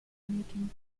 making